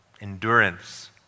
endurance